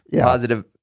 positive